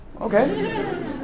Okay